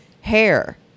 hair